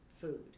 food